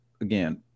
again